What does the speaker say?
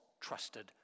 trusted